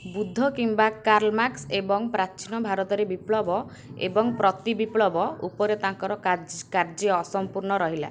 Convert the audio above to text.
ବୁଦ୍ଧ କିମ୍ବା Karl Marx ଏବଂ ପ୍ରାଚୀନ ଭାରତରେ ବିପ୍ଳବ ଏବଂ ପ୍ରତିବିପ୍ଳବ ଉପରେ ତାଙ୍କର କା କାର୍ଯ୍ୟ ଅସମ୍ପୂର୍ଣ୍ଣ ରହିଲା